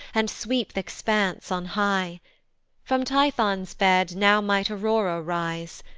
and sweep th' expanse on high from tithon's bed now might aurora rise,